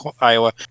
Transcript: Iowa